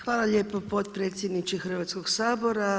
Hvala lijepo potpredsjedniče Hrvatskog sabora.